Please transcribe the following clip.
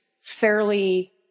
fairly